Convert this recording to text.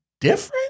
different